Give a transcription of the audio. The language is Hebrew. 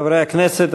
חברי הכנסת,